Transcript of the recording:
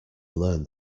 learn